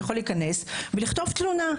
יכול להיכנס ולכתוב תלונה.